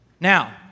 Now